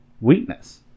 weakness